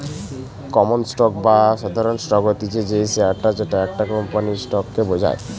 common stock বা সাধারণ stock হতিছে সেই শেয়ারটা যেটা একটা কোম্পানির স্টক কে বোঝায়